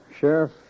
Sheriff